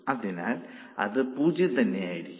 അതിനാൽ അത് 0 തന്നെയായിരിക്കും